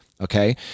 Okay